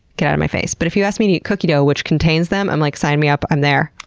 get out of my face. but if you asked me to eat cookie dough, which contains them, i'm like, sign me up. i'm there.